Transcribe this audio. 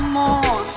more